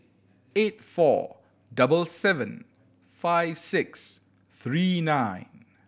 eight four double seven five six three nine